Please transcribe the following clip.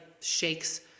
shakes